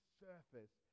surface